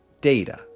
data